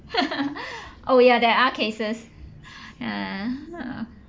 oh ya there are cases yeah